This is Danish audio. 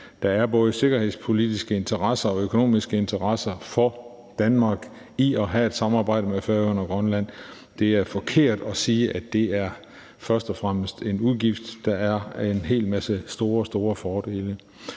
Der er både sikkerhedspolitiske interesser og økonomiske interesser for Danmark i at have et samarbejde med Færøerne og Grønland. Det er forkert at sige, at det først og fremmest er en udgift, for der er en hel masse store, store fordele.